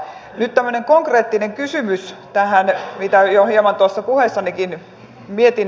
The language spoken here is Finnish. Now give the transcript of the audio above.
nyt tämmöinen konkreettinen kysymys tähän mitä jo hieman tuossa puheessanikin mietin